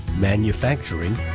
manufacturing,